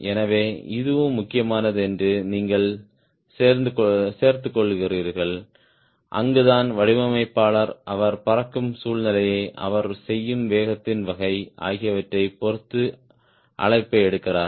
எனவே இதுவும் முக்கியமானது என்று நீங்கள் சேர்த்துக் கொள்கிறீர்கள் அங்குதான் வடிவமைப்பாளர் அவர் பறக்கும் சூழ்நிலை அவர் செய்யும் வேகத்தின் வகை ஆகியவற்றைப் பொறுத்து அழைப்பை எடுக்கிறார்